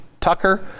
Tucker